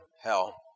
Hell